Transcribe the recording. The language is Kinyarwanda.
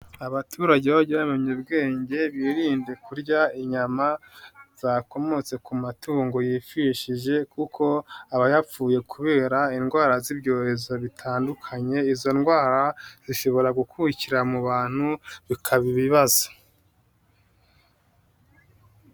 Abaturage bajye bamenya ubwenge birinde kurya inyama zakomotse ku matungo yipfishije, kuko aba yapfuye kubera indwara z'ibyorezo bitandukanye, izo ndwara zishobora gukurikira mu bantu bikaba ibibazo.